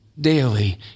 daily